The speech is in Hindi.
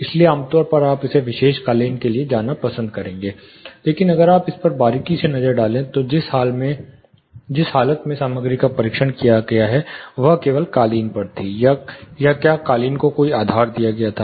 इसलिए आमतौर पर आप इस विशेष कालीन के लिए जाना पसंद करेंगे लेकिन अगर आप इस पर बारीकी से नज़र डालें तो जिस हालत में सामग्री का परीक्षण किया गया था वह केवल कालीन पर थी या क्या कालीन को कोई आधार दिया गया था